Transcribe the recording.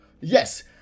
Yes